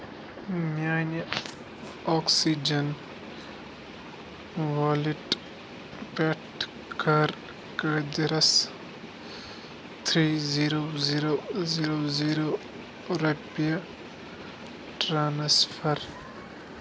میٛانہِ oxygen wallet پٮ۪ٹھ کَر قٲدِرَس three zero zero zero zero رۄپیہِ ٹرٛانسفَر